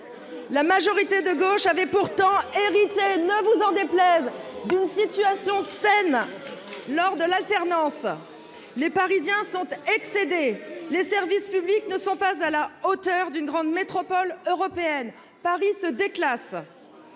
La majorité de gauche avait pourtant hérité, ne vous en déplaise, d'une situation saine lors de l'alternance. Les Parisiens sont excédés. Les services publics ne sont pas à la hauteur d'une grande métropole européenne. Paris se déclasse